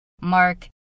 mark